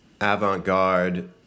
avant-garde